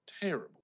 terrible